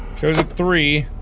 show is at three.